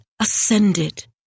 ascended